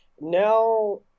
now